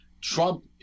Trump